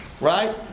right